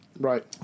right